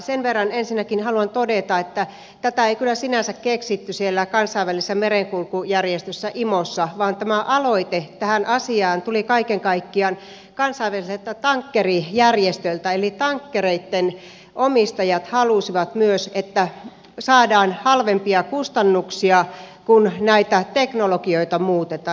sen verran ensinnäkin haluan todeta että tätä ei kyllä sinänsä keksitty siellä kansainvälisessä merenkulkujärjestössä imossa vaan aloite tähän asiaan tuli kaiken kaikkiaan kansainväliseltä tankkerijärjestöltä eli tankkereitten omistajat halusivat myös että saadaan halvempia kustannuksia kun näitä teknologioita muutetaan